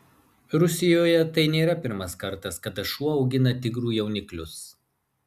rusijoje tai nėra pirmas kartas kada šuo augina tigrų jauniklius